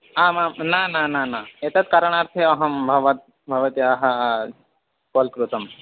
आमां न न न न एतत् कारणार्थम् अहं भवतः भवत्याः कोल् कृतम्